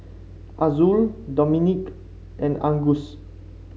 Azul Dominique and Angus